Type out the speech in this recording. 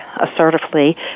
assertively